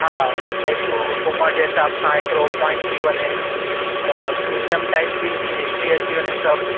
हा स्टैच्यू घुमण जे हिसाब सां हिकिड़ो पॉइंट थी वञे त म्यूजियम टाइप बि जीअं हिस्ट्री अची वञे सभु